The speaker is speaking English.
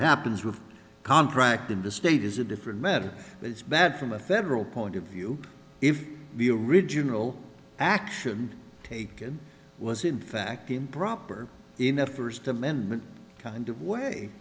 happens with contract in the state is a different matter but it's bad from a federal point of view if the original action taken was in fact improper in that first amendment kind